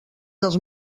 pels